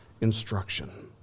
instruction